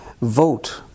vote